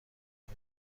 کار